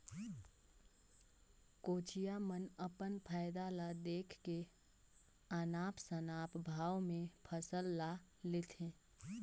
कोचिया मन अपन फायदा ल देख के अनाप शनाप भाव में फसल ल लेथे